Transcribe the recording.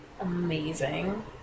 amazing